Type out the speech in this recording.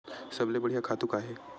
सबले बढ़िया खातु का हे?